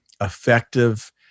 effective